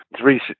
three